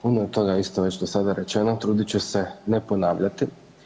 Puno je toga isto već do sada rečeno, trudit ću se ne ponavljati.